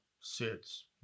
sits